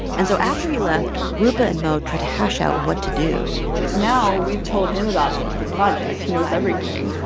and so after he left, roopa and mo try to hash out what to do now we've told him about the project. he knows everything,